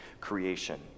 creation